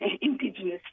indigenous